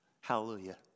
Hallelujah